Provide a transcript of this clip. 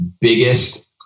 biggest